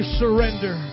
surrender